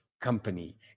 company